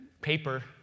paper